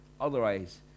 Otherwise